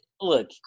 look